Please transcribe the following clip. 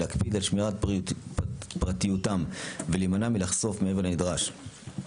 להקפיד על שמירת פרטיותם ולהימנע מלחשוף מעבר לנדרש.